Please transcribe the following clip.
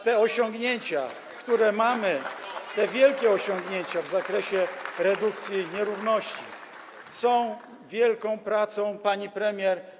Te osiągnięcia, które mamy, te wielkie osiągnięcia w zakresie redukcji nierówności wynikają z wielkiej pracy pani premier.